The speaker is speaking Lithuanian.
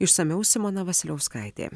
išsamiau simona vasiliauskaitė